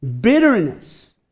Bitterness